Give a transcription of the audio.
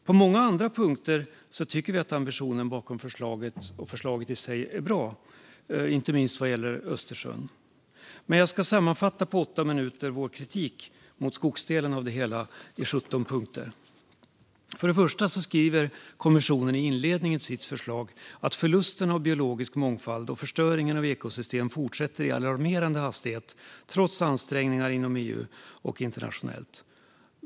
På många andra punkter tycker vi att ambitionen bakom förslaget är bra, inte minst vad gäller Östersjön, men jag ska på åtta minuter nu sammanfatta vår kritik mot skogsdelen i ett antal punkter. Först och främst skriver kommissionen i inledningen till sitt förslag att förlusten av biologisk mångfald och förstöringen av ekosystem fortsätter i en alarmerande hastighet trots ansträngningar inom EU och internationellt.